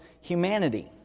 humanity